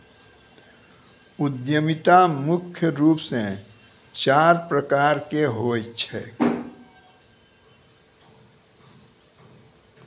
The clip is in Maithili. उद्यमिता मुख्य रूप से चार प्रकार के होय छै